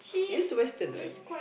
it is Western right